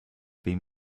been